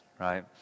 right